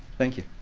thank you.